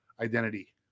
identity